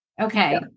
Okay